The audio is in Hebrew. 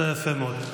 זה היה יפה מאוד.